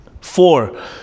Four